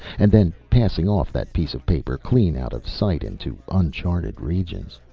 and then passing off that piece of paper clean out of sight into uncharted regions.